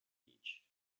beach